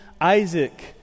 Isaac